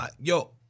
Yo